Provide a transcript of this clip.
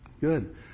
Good